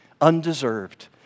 undeserved